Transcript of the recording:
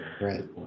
right